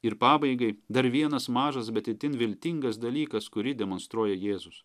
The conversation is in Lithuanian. ir pabaigai dar vienas mažas bet itin viltingas dalykas kurį demonstruoja jėzus